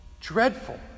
dreadful